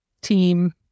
team